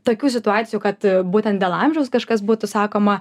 tokių situacijų kad būtent dėl amžiaus kažkas būtų sakoma